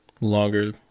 longer